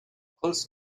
close